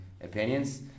opinions